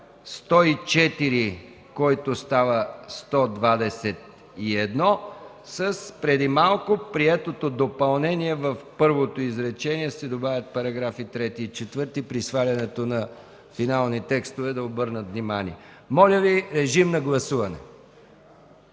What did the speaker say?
104, който става § 121 с приетото преди малко допълнение – в първото изречение се добавят параграфи 3 и 4. При свалянето „Финални текстове” да обърнат внимание. Моля Ви, режим на гласуване.